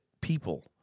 people